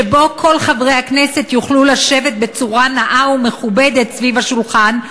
שבו כל חברי הכנסת יוכלו לשבת בצורה נאה ומכובדת סביב השולחן,